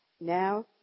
now